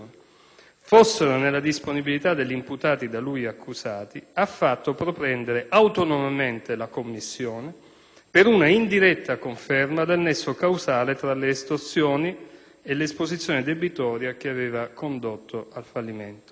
fossero nella disponibilità degli imputati da lui accusati ha fatto propendere autonomamente la commissione per una indiretta conferma del nesso causale tra le estorsioni subite e l'esposizione debitoria che aveva condotto al fallimento.